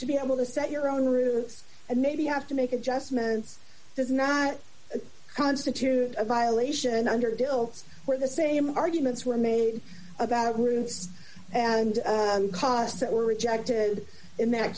to be able to set your own rules and maybe have to make adjustments does not constitute a violation under deals where the same arguments were made about groups and costs that were rejected imagine that